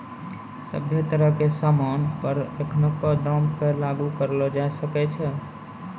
सभ्भे तरह के सामान पर एखनको दाम क लागू करलो जाय सकै छै